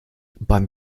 beim